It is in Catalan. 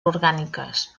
orgàniques